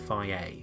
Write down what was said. FIA